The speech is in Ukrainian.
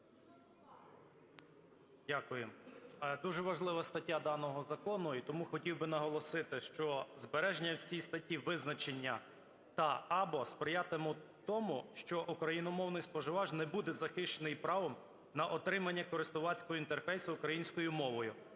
Дякую. Дуже важлива стаття даного закону, і тому хотів би наголосити, що збереження в цій статті визначення "та/або" сприятиме тому, що україномовний споживач не буде захищений правом на отримання користувацького інтерфейсу українською мовою,